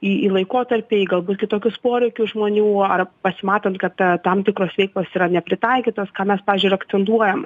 į į laikotarpį į galbūt kitokius poreikius žmonių ar pasimatant kad tam tikros veiklos yra nepritaikytos ką mes pavyzdžiui ir akcentuojame